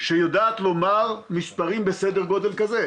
שיודעת לתת מספרים בסדר גודל כזה.